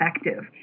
effective